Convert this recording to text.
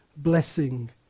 blessing